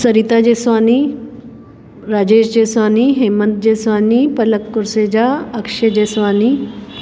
Sarita Jeswani Rajesh Jeswani Hemant Jeswani Palak Kurseja Akshay Jeswani